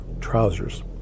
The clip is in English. trousers